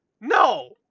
No